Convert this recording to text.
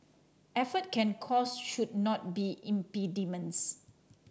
effort and cost should not be impediments